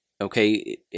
okay